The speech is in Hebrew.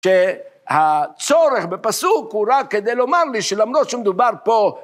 שהצורך בפסוק הוא רק כדי לומר לי, שלמרות שמדובר פה.